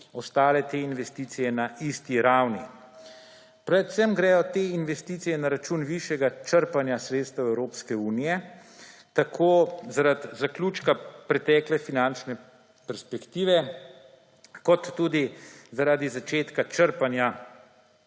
ostale te investicije na isti ravni. Predvsem grejo te investicije na račun višjega črpanja sredstev Evropske unije tako zaradi zaključka pretekle finančne perspektive kot tudi zaradi začetka črpanja